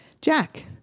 Jack